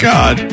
God